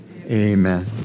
amen